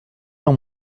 dans